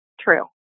True